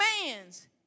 commands